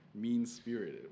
mean-spirited